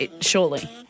surely